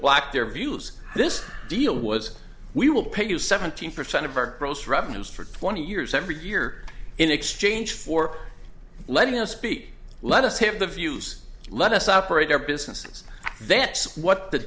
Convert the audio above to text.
blocked their views this deal was we will pay you seventeen percent of our gross revenues for twenty years every year in exchange for letting us speak let us have the views let us operate our businesses that's what the